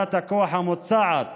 תחנת הכוח המוצעת